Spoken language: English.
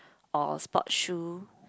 or sports shoe